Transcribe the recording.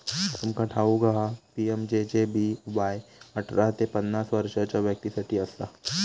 तुमका ठाऊक हा पी.एम.जे.जे.बी.वाय अठरा ते पन्नास वर्षाच्या व्यक्तीं साठी असा